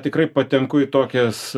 tikrai patenku į tokias